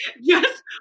Yes